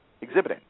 exhibiting